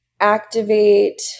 activate